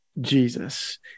Jesus